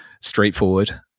straightforward